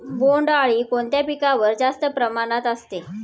बोंडअळी कोणत्या पिकावर जास्त प्रमाणात असते?